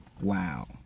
Wow